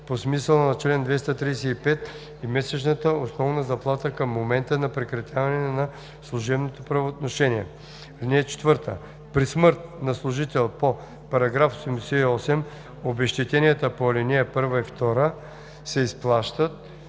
по смисъла на чл. 235 и месечната основна заплата към момента на прекратяване на служебното правоотношение. (4) При смърт на служител по § 88 обезщетенията по ал. 1 и 2 се изплащат